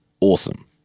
Awesome